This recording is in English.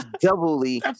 doubly